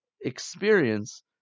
experience